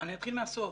אני אתחיל מהסוף.